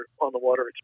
on-the-water